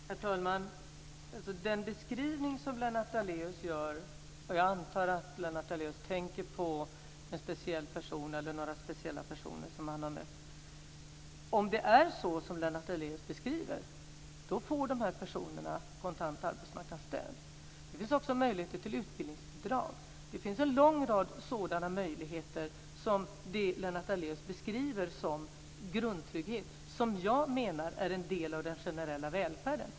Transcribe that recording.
Herr talman! I den beskrivning som Lennart Daléus gör antar jag att han tänker på en speciell person eller några speciella personer som han har mött. Om det är så som Lennart Daléus beskriver så får de här personerna kontant arbetsmarknadsstöd. Det finns också möjligheter till utbildningsbidrag. Det finns en lång rad sådana möjligheter som Lennart Daléus beskriver som grundtrygghet men som jag menar är en del av den generella välfärden.